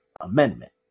amendment